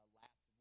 last